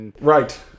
Right